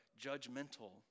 judgmental